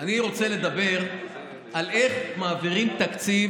אני רוצה לדבר על איך מעבירים תקציב